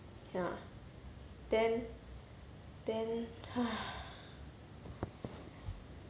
cannot then then